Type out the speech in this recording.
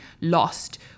lost